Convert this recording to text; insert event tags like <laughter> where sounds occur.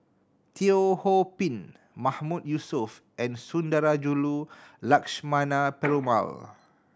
Teo Ho Pin Mahmood Yusof and Sundarajulu Lakshmana <noise> Perumal <noise>